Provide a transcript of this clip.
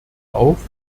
auf